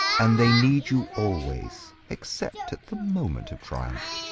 and they need you always, except at the moment of triumph.